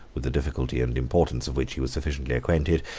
with the difficulty and importance of which he was sufficiently acquainted,